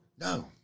No